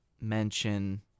mention